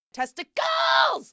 testicles